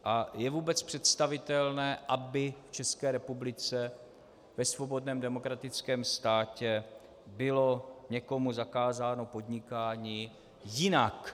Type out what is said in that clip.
A je vůbec představitelné, aby v České republice, ve svobodném demokratickém státě bylo někomu zakázáno podnikání jinak?